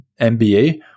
MBA